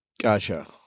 Gotcha